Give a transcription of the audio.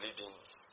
leadings